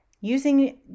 Using